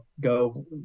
go